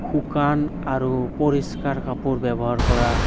শুকান আৰু পৰিস্কাৰ কাপোৰ ব্যৱহাৰ কৰা